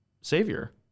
Savior